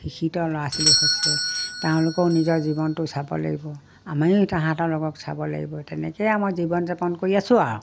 শিক্ষিত ল'ৰা ছোৱালী হৈছে তেওঁলোকেও নিজৰ জীৱনটো চাব লাগিব আমিও সিহঁতৰ লোকক চাব লাগিব তেনেকৈয়ে মই জীৱন যাপন কৰি আছো আৰু